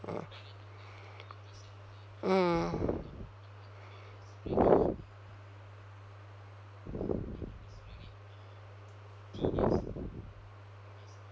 mm mm